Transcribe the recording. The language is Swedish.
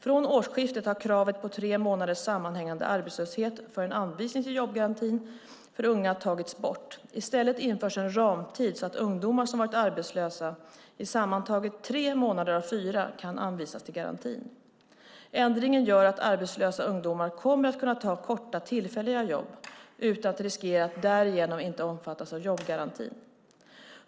Från årsskiftet har kravet på tre månaders sammanhängande arbetslöshet för en anvisning till jobbgarantin för ungdomar tagits bort. I stället infördes en ramtid så att ungdomar som varit arbetslösa i sammantaget tre månader av fyra, kan anvisas till garantin. Ändringen gör att arbetslösa ungdomar kommer att kunna ta korta, tillfälliga jobb utan att riskera att därigenom inte omfattas av jobbgarantin.